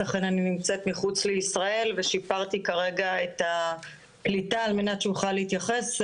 אני נמצאת מחוץ לישראל ושיפרתי כרגע את הקליטה על מנת שאוכל להתייחס.